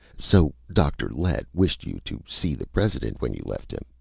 so. dr. lett wished you to see the president when you left him.